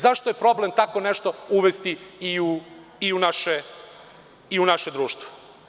Zašto je problem nešto tako uvesti i u naše društvo?